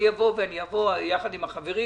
אני אבוא ביחד עם החברים